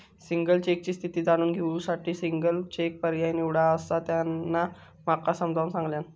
single चेकची स्थिती जाणून घेऊ साठी सिंगल चेक पर्याय निवडा, असा त्यांना माका समजाऊन सांगल्यान